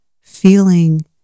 feeling